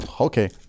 okay